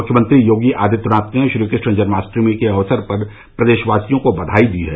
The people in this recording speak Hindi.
मुख्यमंत्री योगी आदित्यनाथ ने श्रीकृष्ण जन्माष्टमी के अवसर पर प्रदेशवासियों को बधाई दी है